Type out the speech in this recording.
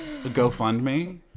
GoFundMe